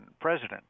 president